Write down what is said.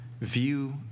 View